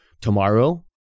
tomorrow